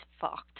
fucked